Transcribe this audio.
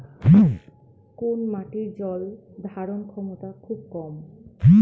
কোন মাটির জল ধারণ ক্ষমতা খুব কম?